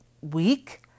week